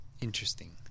Interesting